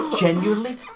Genuinely